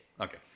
Okay